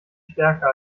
stärker